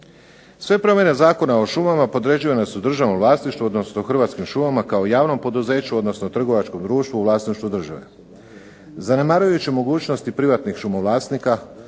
Sve promjene Zakona o šumama podređivane su državnom vlasništvu odnosno Hrvatskim šumama kao javnom poduzeću odnosno trgovačkom društvu u vlasništvu države. Zanemarujući mogućnosti privatnih šumo vlasnika